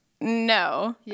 no